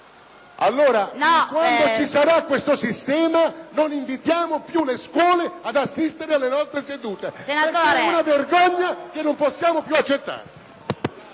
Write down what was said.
sarà adottato questo sistema, non invitiamo più le scuole ad assistere alle nostre sedute, perché è una vergogna che non possiamo più accettare.